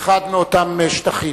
אחד מאותם שטחים.